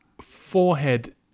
Forehead